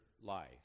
life